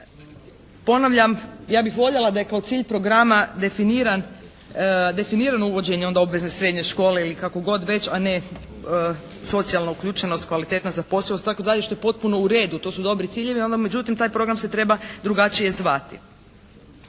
Ponavljam ja bih voljela da je kao cilj programa definiran, definirano uvođenje onda obvezne srednje škole ili kako god već, a ne socijalna uključenost, kvalitetna zapošljivost i tako dalje što je potpuno u redu. To su dobri ciljevi … /Govornica se ne razumije./ … međutim taj program se treba drugačije zvati.